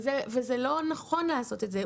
וזה לא נכון לעשות את זה.